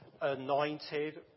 anointed